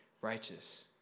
righteous